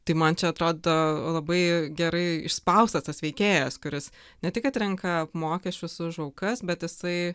tai man čia atrodo labai gerai išspaustas tas veikėjas kuris ne tik kad renka mokesčius už aukas bet jisai